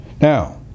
Now